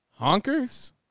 honkers